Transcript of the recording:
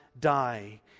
die